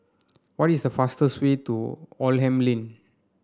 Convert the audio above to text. what is the fastest way to Oldham Lane